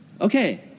Okay